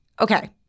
Okay